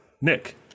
Nick